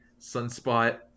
sunspot